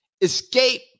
escape